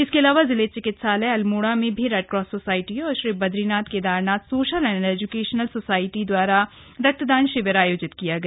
इसके अलावा जिला चिकित्सालय अल्मोड़ा में भी रेडक्रॉस सोसायटी और Shri Badrinath Kedarnath social and educational society द्वारा बृह्द रक्तदान शिविर आयोजित किया गया